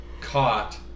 caught